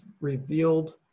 revealed